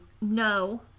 No